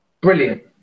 Brilliant